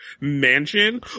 mansion